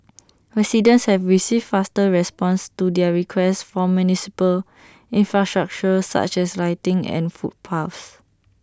residents have received faster responses to their requests for municipal infrastructure such as lighting and footpaths